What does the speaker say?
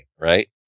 right